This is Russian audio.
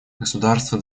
государства